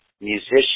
musician